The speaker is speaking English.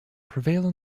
prevail